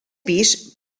pis